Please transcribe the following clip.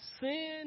sin